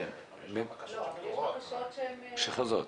אבל יש בקשות שהן --- שחוזרות.